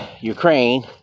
Ukraine